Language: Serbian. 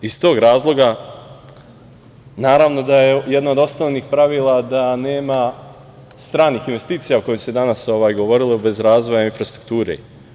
Iz tog razloga, naravno da je jedno od osnovnih pravila da nema stranih investicija o kojim se danas govorilo bez razvoja infrastrukture.